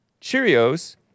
Cheerios